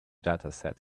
dataset